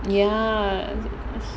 ya